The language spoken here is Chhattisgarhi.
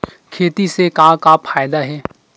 खेती से का का फ़ायदा हे?